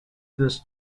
this